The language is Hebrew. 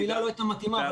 המילה לא הייתה מתאימה.